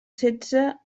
setze